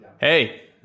Hey